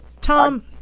tom